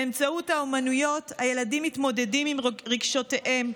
באמצעות האומנויות הילדים מתמודדים עם רגשותיהם,